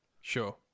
Sure